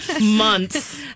months